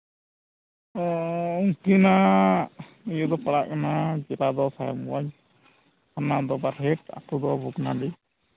ᱦᱮᱸ ᱩᱱᱠᱤᱱᱟᱜ ᱤᱭᱟᱹ ᱯᱟᱲᱟᱜ ᱠᱟᱱᱟ ᱡᱮᱞᱟ ᱫᱚ ᱥᱟᱦᱮᱵᱽᱜᱚᱸᱡᱽ ᱚᱱᱟ ᱫᱚ ᱵᱟᱨᱦᱮᱹᱴ ᱟᱹᱛᱳ ᱫᱚ ᱵᱷᱚᱜᱽᱱᱟᱰᱤ